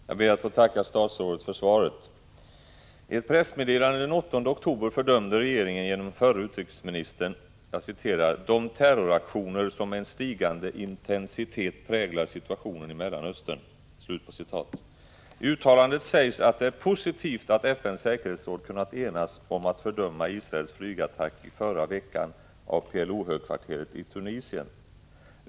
Herr talman! Jag ber att få tacka statsrådet för svaret. I ett pressmeddelande den 8 oktober fördömde regeringen genom den förre utrikesministern ”de terroraktioner som med en stigande intensitet präglar situationen i Mellanöstern”. I uttalandet sägs att det är positivt att FN:s säkerhetsråd har kunnat enas om att fördöma Israels flygattack i förra veckan mot PLO-högkvarteret i Tunisien.